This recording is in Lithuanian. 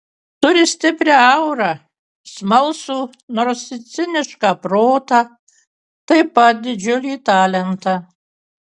turi stiprią aurą smalsų nors ir cinišką protą taip pat didžiulį talentą